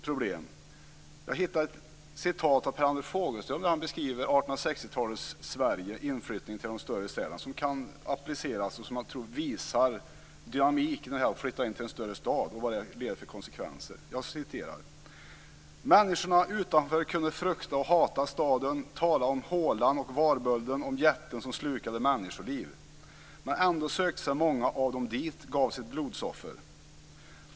Jag har hittat ett citat av Per-Anders Fogelström där han beskriver 1860-talets Sverige och inflyttningen till de större städerna som kan appliceras på dagens utveckling och som visar dynamiken i att flytta till en större stad och vad det kan få för konsekvenser. Jag citerar: "Människorna utanför kunde frukta och hata staden, tala om hålan och varbölden, om jätten som slukade människoliv. Men ändå sökte sig många av dem dit, gav sitt blodsoffer.